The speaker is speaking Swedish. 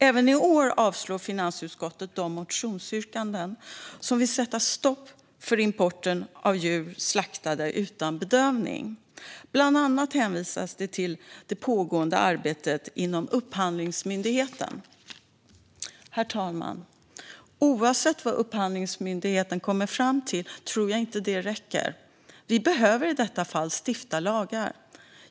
Även i år avslår finansutskottet de motionsyrkanden som vill sätta stopp för import av kött från djur slaktade utan bedövning. Bland annat hänvisas till det pågående arbetet inom Upphandlingsmyndigheten. Herr talman! Oavsett vad Upphandlingsmyndigheten kommer fram till tror jag inte att det räcker. Vi behöver i detta fall stifta lagar.